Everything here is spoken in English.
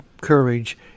courage